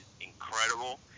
incredible